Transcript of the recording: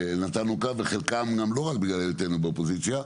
נתנו כאן, וחלקם נמלו בגלל היותנו באופוזיציה.